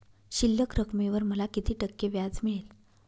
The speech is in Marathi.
शिल्लक रकमेवर मला किती टक्के व्याज मिळेल?